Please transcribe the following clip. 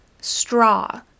straw